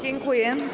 Dziękuję.